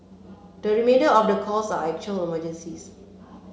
the remainder of calls are actual emergencies